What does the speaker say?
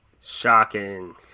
Shocking